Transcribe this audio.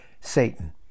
Satan